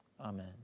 Amen